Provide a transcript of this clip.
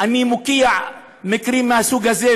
אני מוקיע מקרים מהסוג הזה,